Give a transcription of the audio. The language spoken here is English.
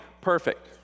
perfect